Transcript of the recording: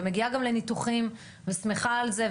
ומגיעה גם לניתוחים ושמחה על זה.